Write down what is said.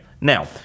Now